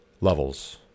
levels